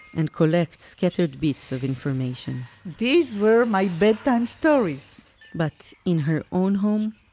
and collect scattered bits of information these were my bedtime stories but in her own home,